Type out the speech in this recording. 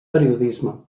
periodisme